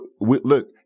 look